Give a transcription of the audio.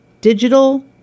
digital